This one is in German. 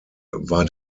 war